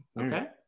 Okay